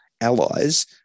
allies